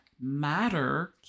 matter